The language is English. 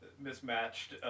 mismatched